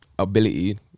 ability